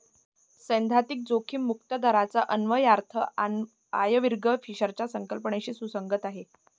सैद्धांतिक जोखीम मुक्त दराचा अन्वयार्थ आयर्विंग फिशरच्या संकल्पनेशी सुसंगत आहे